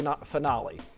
finale